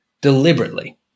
deliberately